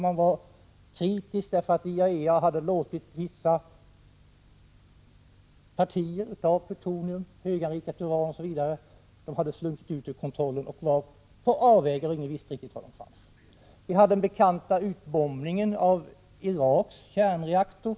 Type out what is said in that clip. Man var kritisk därför att IAEA hade låtit vissa partier av plutonium, höganrikat uran osv. slinka ur kontrollen och hamna på avvägar; ingen visste riktigt var de fanns. Vi har även exemplet med den bekanta utbombningen av Iraks kärnreaktor.